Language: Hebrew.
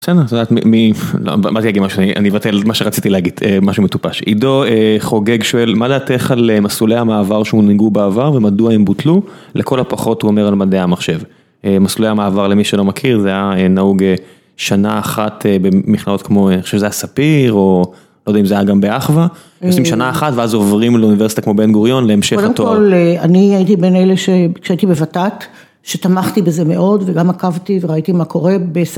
בסדר, אז... מ... באתי להגיד משהו, אני אבטל את מה שרציתי להגיד, משהו מטופש. עידו חוגג שואל, מה דעתך על מסלולי המעבר שהונהגו בעבר, ומדוע הם בוטלו, לכל הפחות הוא אומר, על מדעי המחשב. מסלולי המעבר, למי שלא מכיר, זה היה נהוג שנה אחת במכללות כמו, אני חושב שזה היה ספיר או, לא יודע אם זה היה גם באחווה, עושים שנה אחת ואז עוברים לאוניברסיטה כמו בן גוריון להמשך התואר. -קודם כל, אני הייתי בין אלה ש... כשהייתי ב-ות"ת, שתמכתי בזה מאוד וגם עקבתי וראיתי מה קורה.